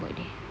about there